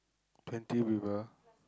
twenty people